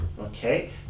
Okay